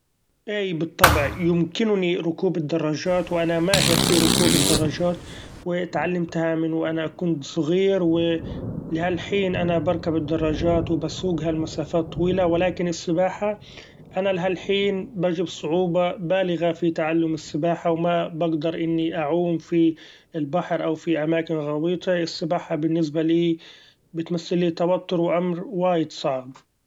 إي بالطبع يمكنني ركوب الدراچات! وأنا ماهر في ركوب الدراچات واتعلمتها من وأنا اكون صغير، و لهالحين أنا بركب الدراچات وبسوقها لمسافات طويلة ، ولكن السباحة أنا لهالحين بچد صعوبة بالغة في تعلم السباحة وما بقدر إني اعوم في البحر أو في اماكن غويطة السباحة بالنسبة لي بتمثلي توتر وامر وايد صعب!